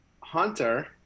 Hunter